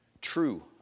true